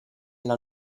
alla